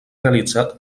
realitzat